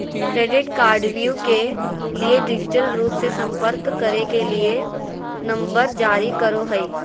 credit कार्डव्यू के लिए डिजिटल रूप से संपर्क करे के लिए नंबर जारी करो हइ